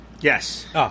Yes